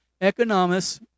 Economists